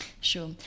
sure